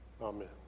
Amen